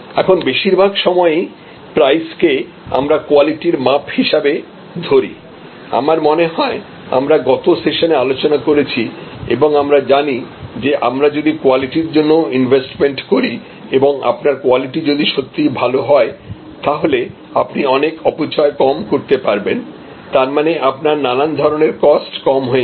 এখন বেশিরভাগ সময়ই প্রাইস কে আমরা কোয়ালিটির মাপ হিসাবে ধরি আমার মনে হয় আমরা গত সেশনে আলোচনা করেছি এবং আমরা জানি যে আমরা যদি কোয়ালিটির জন্য ইনভেস্টমেন্ট করি এবং আপনার কোয়ালিটি যদি সত্যিই ভালো হয় তাহলে আপনি অনেক অপচয় কম করতে পারবেন তার মানে আপনার নানান ধরনের কস্ট কম হয়ে যাবে